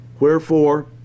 Wherefore